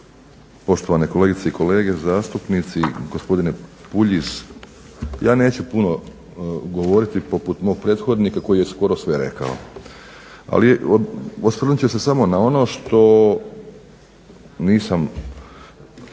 Poštovane kolegice i kolege zastupnici, gospodine Puljiz. Ja neću puno govoriti poput mog prethodnika koji je skoro sve rekao. Ali osvrnut ću se samo na ono što nisam